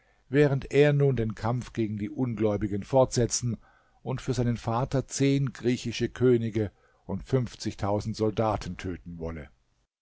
während er nun den kampf gegen die ungläubigen fortsetzen und für seinen vater zehn griechische könige und fünfzigtausend soldaten töten wolle